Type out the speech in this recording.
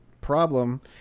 problem